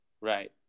Right